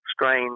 strange